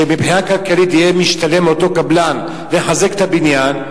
כדי שמבחינה כלכלית יהיה משתלם לאותו קבלן לחזק את הבניין,